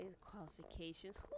qualifications